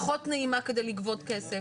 פחות נעימה כדי לגבות כסף.